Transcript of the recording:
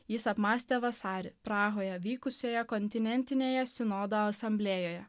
jis apmąstė vasarį prahoje vykusioje kontinentinėje sinodo asamblėjoje